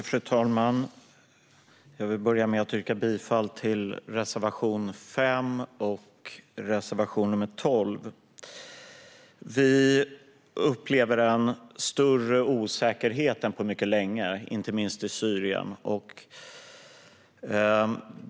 Fru talman! Jag vill börja med att yrka bifall till reservation 5 och reservation 12. Vi upplever en större osäkerhet än på mycket länge, inte minst i Syrien.